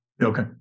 Okay